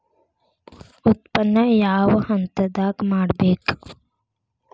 ಉತ್ಪನ್ನ ಯಾವ ಹಂತದಾಗ ಮಾಡ್ಬೇಕ್?